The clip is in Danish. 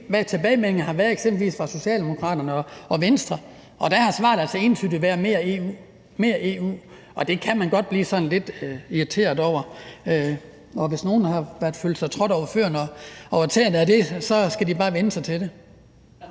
hvad tilbagemeldingen har været, eksempelvis fra Socialdemokraterne og Venstre, og der har svaret altså entydigt været mere EU, mere EU. Det kan man godt blive sådan lidt irriteret over, og hvis nogen har følt sig trådt over tæerne og været irriterede over det, skal de bare vænne sig til det.